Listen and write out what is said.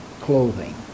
clothing